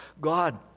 God